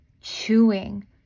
chewing